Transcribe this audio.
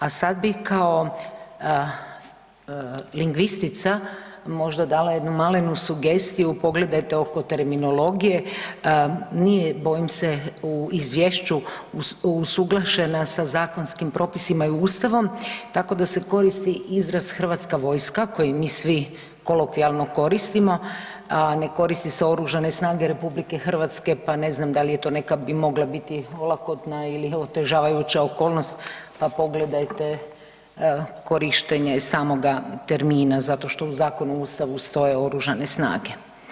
A sad bi kao lingvistica možda dala jednu malenu sugestiju pogledajte oko terminologije, nije bojim se u izvješću usuglašena sa zakonskim propisima i ustavu tako da se koristi izraz Hrvatska vojska koji mi svi kolokvijalno koristimo, a ne koristi se Oružane snage RH pa ne znam da li je to neka bi mogla biti olakotna ili otežavajuća okolnost pa pogledajte korištenje samoga termina zato što u zakonu, u Ustavu stoje Oružane snage.